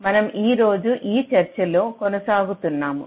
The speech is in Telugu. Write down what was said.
మనం ఈ రోజు ఈ చర్చతో కొనసాగుతున్నాము